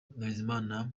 bizimana